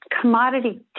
commodity